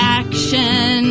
action